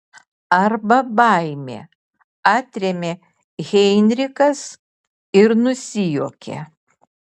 arba baimė atrėmė heinrichas ir nusijuokė